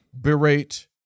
berate